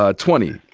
ah twenty.